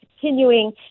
continuing